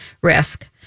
risk